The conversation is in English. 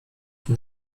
from